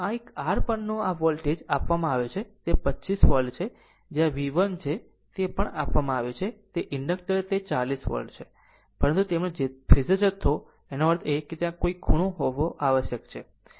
આમ આ એક R પરનો આ વોલ્ટેજ આપવામાં આવે છે તે 25 વોલ્ટ છે જે આ પર V1 છે તે પણ આપવામાં આવે છે કે ઇન્ડક્ટર તે 40 વોલ્ટ છે પરંતુ તેમનો ફેઝર જથ્થો એનો અર્થ છે કે ત્યાં કોઈ ખૂણો હોવો આવશ્યક છે